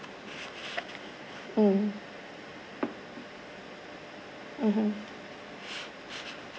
mm mmhmm